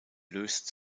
löst